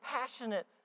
passionate